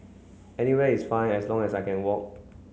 anywhere is fine as long as I can walk